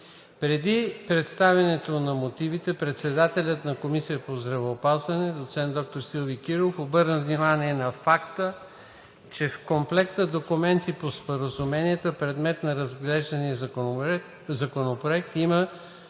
Преди представянето на мотивите председателят на Комисията по здравеопазването доцент доктор Силви Кирилов обърна внимание на факта, че в комплекта документи на споразуменията, предмет на разглеждания Законопроект, има